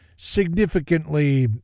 significantly